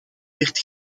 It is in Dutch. werd